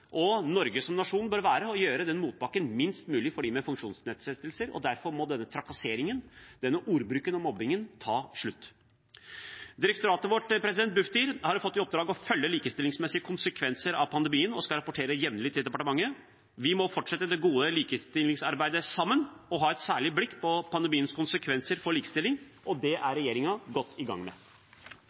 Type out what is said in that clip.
og for Norge som nasjon – bør være å gjøre den motbakken minst mulig for dem med funksjonsnedsettelser, og derfor må denne trakasseringen, denne ordbruken og mobbingen, ta slutt. Direktoratet vårt, Bufdir, har fått i oppdrag å følge likestillingsmessige konsekvenser av pandemien og skal rapportere jevnlig til departementet. Vi må fortsette det gode likestillingsarbeidet sammen og ha et særlig blikk på pandemiens konsekvenser for likestilling, og det er regjeringen godt i gang med.